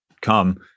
come